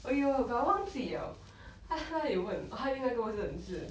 我有 but 忘记了他他有问 uh 他应该是